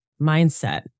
mindset